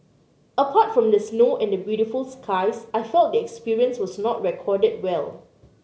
apart from the snow and the beautiful skies I felt the experience was not recorded well